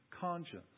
conscience